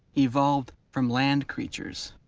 evolved from land creatures.